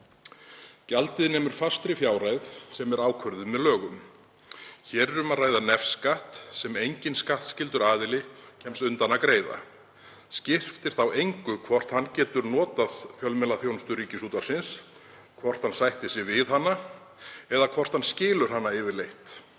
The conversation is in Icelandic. Gjaldið nemur fastri fjárhæð sem er ákvörðuð með lögum. Hér er um að ræða nefskatt sem enginn skattskyldur aðili kemst undan að greiða. Skiptir þá engu hvort hann getur notað fjölmiðlaþjónustu Ríkisútvarpsins, hvort hann sættir sig við hana eða hvort hann skilur hana yfirleitt.